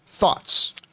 Thoughts